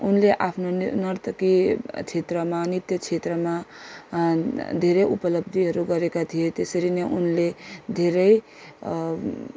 उनले आफ्नो नर्तकी क्षेत्रमा नृत्य क्षेत्रमा धेरै उपलब्धिहरू गरेका थिएँ त्यसरी नै उनले धेरै